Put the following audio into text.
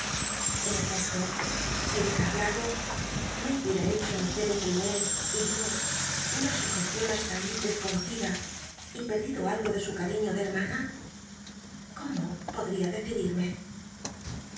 en efecto si bubiera hablado no habr ia hecho nacer entre inés y yo una sujecion basta allí desconocida y perdido algo de su cariiío de hermana cómo podia decidirme